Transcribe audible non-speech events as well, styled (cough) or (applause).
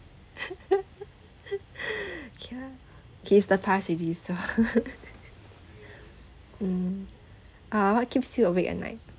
(laughs) ya okay it's the past already so (laughs) mm uh what keeps you awake at night